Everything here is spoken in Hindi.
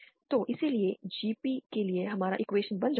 तो इसलिए GP के लिए हमारा इक्वेशन बन जाता है